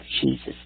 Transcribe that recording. Jesus